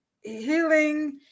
healing